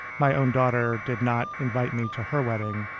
my own daughter did not invite me to her wedding